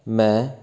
ਮੈਂ